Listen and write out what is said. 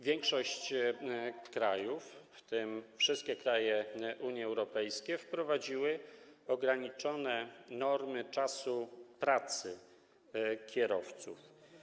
Większość krajów - w tym wszystkie kraje Unii Europejskiej - wprowadziła ograniczone normy czasu pracy kierowców.